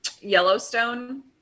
Yellowstone